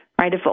right